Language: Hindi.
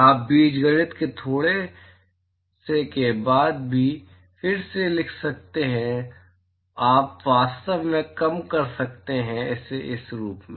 आप बीजगणित के थोड़े से बाद में फिर से लिख सकते हैं आप वास्तव में कम कर सकते हैं इसे इस रूप में